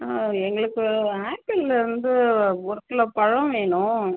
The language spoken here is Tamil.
எங்களுக்கு ஆப்பிள்லேருந்து ஒரு கிலோ பழம் வேணும்